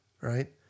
right